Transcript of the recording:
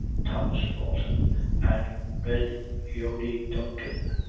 thomas dalton and red eody duncan,